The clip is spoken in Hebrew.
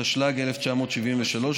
התשל"ג 1973,